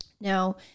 Now